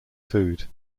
food